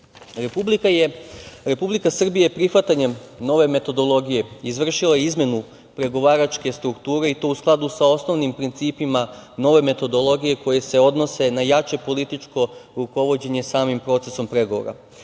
Srbija je prihvatanjem nove metodologije izvršila izmenu pregovaračke strukture, i to u skladu sa osnovnim principima nove metodologije koji se odnose na jače političko rukovođenje samim procesom pregovora.